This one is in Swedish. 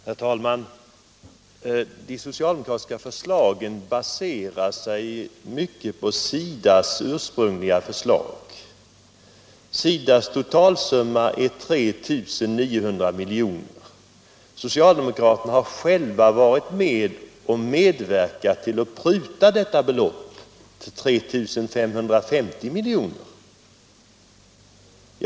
Herr talman! De socialdemokratiska förslagen baserar sig på SIDA:s ursprungliga förslag. SIDA:s totalsumma var 3 900 miljoner. Socialdemokraterna har själva medverkat till att pruta detta belopp till 3 550 milj.kr.